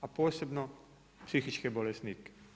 A posebno psihičke bolesnike.